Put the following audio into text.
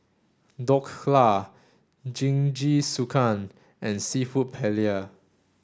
Dhokla Jingisukan and Seafood Paella